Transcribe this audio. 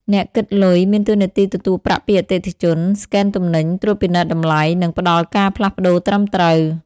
អ្នកគិតលុយ មានតួនាទីទទួលប្រាក់ពីអតិថិជន ស្កេនទំនិញ ត្រួតពិនិត្យតម្លៃ និងផ្តល់ការផ្លាស់ប្តូរត្រឹមត្រូវ។